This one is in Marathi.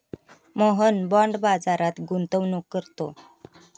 मोहन बाँड बाजारात गुंतवणूक करतो